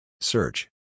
Search